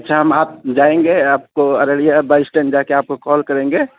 اچھا ہم آپ جائیں گے آپ کو ارلیہ بس اسٹینڈ جا کے آپ کو کال کریں گے